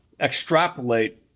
extrapolate